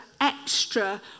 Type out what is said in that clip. Extra